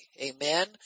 Amen